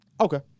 Okay